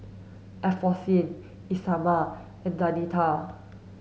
Alphonsine Isamar and Danita